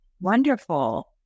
Wonderful